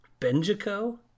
Benjico